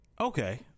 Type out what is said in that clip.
okay